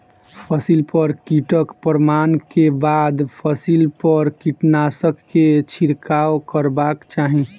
फसिल पर कीटक प्रमाण के बाद फसिल पर कीटनाशक के छिड़काव करबाक चाही